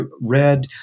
read